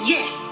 Yes